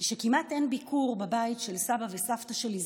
שכמעט אין ביקור בבית של סבא וסבתא שלי,